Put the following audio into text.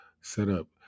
setup